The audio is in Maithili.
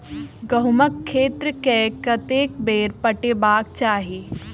गहुंमक खेत केँ कतेक बेर पटेबाक चाहि?